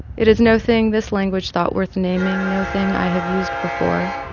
it is no thing this language thought worth naming, no thing i have used before.